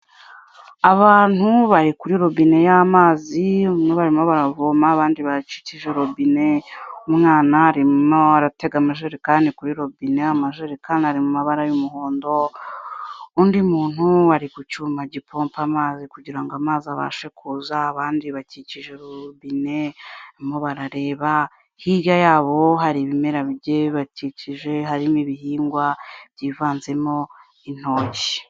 Abantu bari kuri robine y'amazi barimo bavoma, abandi bacikije robine, umwana arimo aratega amajerekani kuri robine, amajerekani ari mu mabara y'umuhondo, undi muntu ari ku cyuma gikompa amazi kugirango amazi abashe kuza, abandi bakikije rubine barimo barareba, hirya yabo hari ibimera bigiye bibakikije harimo ibihingwa, byivanzemo intoki.